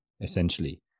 essentially